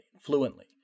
fluently